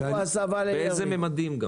באיזה ממדים?